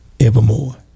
evermore